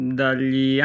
dagli